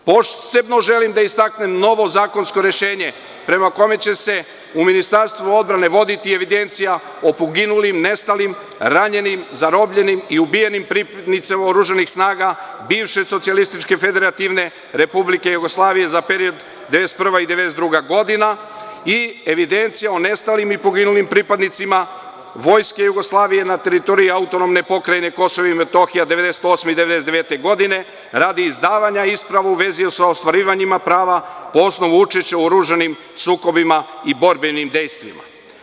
Posebno želim da istaknem novo zakonsko rešenje prema kome će se u Ministarstvu odbrane voditi evidencija o poginulim, nestalim, ranjenim, zarobljenim i ubijenim pripadnicima oružanih snaga, bivše SFRJ, za period 1991-1992. godinu, i evidencija o nestalim i poginulim pripadnicima Vojske Jugoslavije na teritoriji AP KiM 1998. – 1999. godinu, radi izdavanja isprava u vezi sa ostvarivanjem prava po osnovu učešća u oružanim sukobima i borbenim dejstvima.